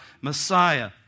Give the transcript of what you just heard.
Messiah